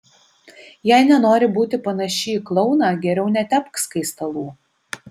jei nenori būti panaši į klouną geriau netepk skaistalų